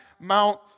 Mount